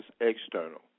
external